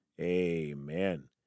amen